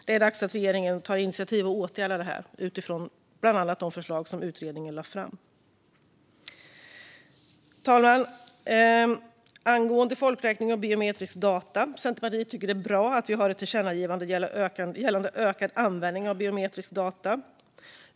Det är dags att regeringen tar initiativ för att åtgärda detta, bland annat utifrån de förslag som utredningen lade fram. Fru talman! När det gäller folkräkning och biometriska data tycker Centerpartiet att det är bra att det nu kommer ett tillkännagivande gällande ökad användning av biometriska data.